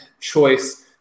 choice